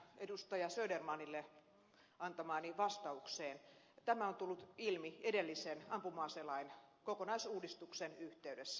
södermanille antamaani vastaukseen tämä on tullut ilmi edellisen ampuma aselain kokonaisuudistuksen yhteydessä